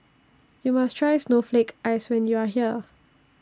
YOU must Try Snowflake Ice when YOU Are here